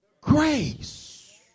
grace